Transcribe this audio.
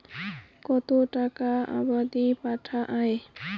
কতো টাকা অবধি পাঠা য়ায়?